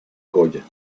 goya